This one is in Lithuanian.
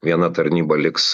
viena tarnyba liks